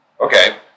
Okay